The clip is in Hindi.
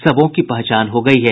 सबों की पहचान हो गयी है